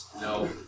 No